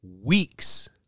weeks